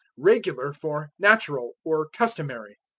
regular for natural, or customary.